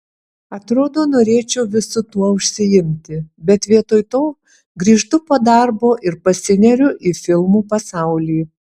atrodo norėčiau visu tuo užsiimti bet vietoj to grįžtu po darbo ir pasineriu į filmų pasaulį